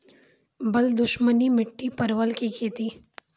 बल दुश्मनी मिट्टी परवल की खेती?